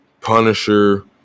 Punisher